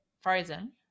frozen